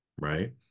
right